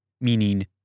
meaning